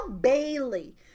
Bailey